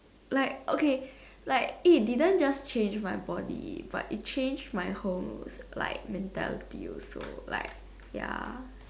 like okay like it didn't just change my body but it changed my whole like mentality also like ya